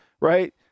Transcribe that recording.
right